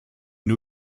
new